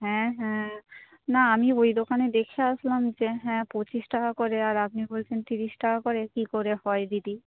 হ্যাঁ হ্যাঁ না আমি ওই দোকানে দেখে আসলাম যে হ্যাঁ পঁচিশ টাকা করে আপনি বলছেন তিরিশ টাকা করে কী করে হয় দিদি